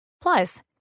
Plus